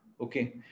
Okay